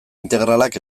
integralak